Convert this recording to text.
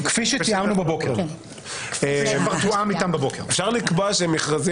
ואין לה יכולת לבחור ולומר: נדחה את